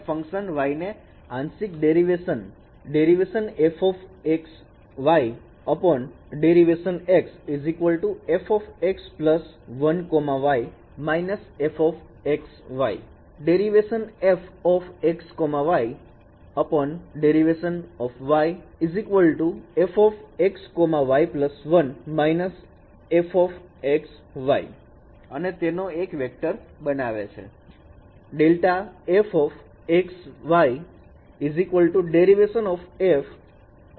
અને function y આંશિક derivation ∂fx y ∂y fx y 1 − fx y અને તેનો એક વેક્ટર બનાવે છે